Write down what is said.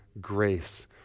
grace